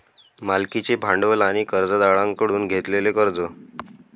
मालकीचे भांडवल आणि कर्जदारांकडून घेतलेले कर्ज